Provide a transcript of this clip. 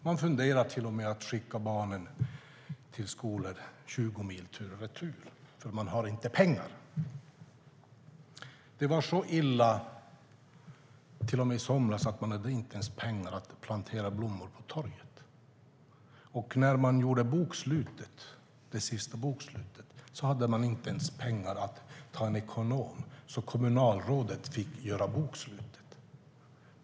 Man funderar till och med på att skicka barnen till skolor 20 mil tur och retur för att man inte har pengar. Det var till och med så illa i somras att man inte ens hade pengar att plantera blommor på torget. När man gjorde det senaste bokslutet hade man inte ens pengar att ta en ekonom så ett kommunalråd fick göra bokslut.